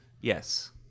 Yes